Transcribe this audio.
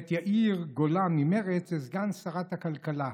ואת יאיר גולן ממרצ לסגן שרת הכלכלה.